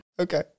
Okay